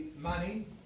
money